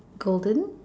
golden